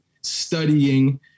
studying